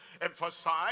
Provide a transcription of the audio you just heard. Emphasize